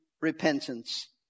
repentance